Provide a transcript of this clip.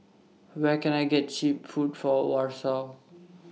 Where Can I get Cheap Food For Warsaw